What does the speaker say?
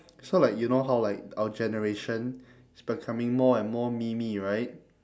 so like you know how like our generation is becoming more and more memey right